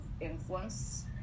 influence